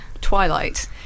Twilight